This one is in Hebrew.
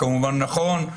כמובן נכון,